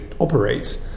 operates